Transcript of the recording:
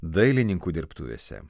dailininkų dirbtuvėse